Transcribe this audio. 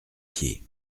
pieds